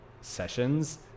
sessions